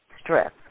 stress